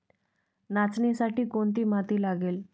नाचणीसाठी कोणती माती लागते?